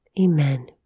Amen